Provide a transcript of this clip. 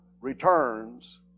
returns